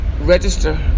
register